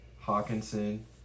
Hawkinson